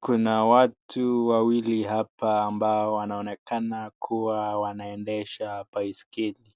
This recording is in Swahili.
Kuna watu wawili hapa ambao wanaonekana kuwa wanaendesha baiskeli.